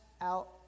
out